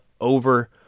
over